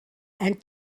and